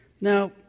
Now